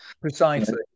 precisely